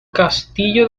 castillo